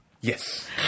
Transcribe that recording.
Yes